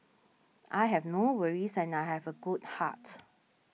I have no worries and I have a good heart